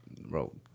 bro